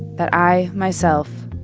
that i, myself,